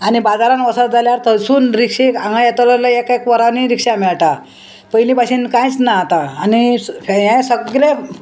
आनी बाजारान वसत जाल्यार थंयसून रिक्षीक हांगा येतलो जाल्यार एक एक वरांनी रिक्षा मेळटा पयलीं भाशेन कांयच ना आतां आनी हें सगलें